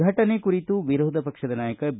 ಫಟನೆ ಕುರಿತು ವಿರೋಧ ಪಕ್ಷದ ನಾಯಕ ಬಿ